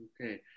Okay